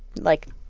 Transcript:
like,